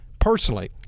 personally